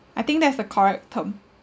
I think that's the correct term